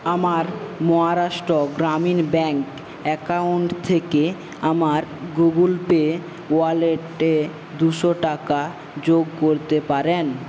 আমার Maharashtra Gramin bank account থেকে আমার গুগলপে ওয়ালেটে দুশো টাকা যোগ করতে পারেন